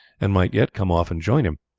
and might yet come off and join him.